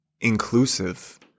inclusive